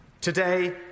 Today